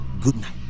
goodnight